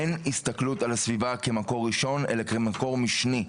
אין הסתכלות על הסביבה במקור ראשון אלא כמקור משני.